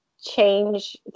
change